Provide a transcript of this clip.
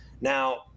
Now